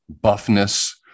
buffness